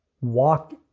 walk